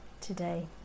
today